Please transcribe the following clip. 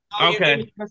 Okay